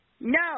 No